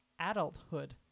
adulthood